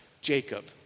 Jacob